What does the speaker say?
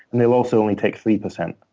and they also only take three percent.